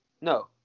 No